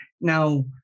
Now